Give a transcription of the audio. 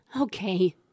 Okay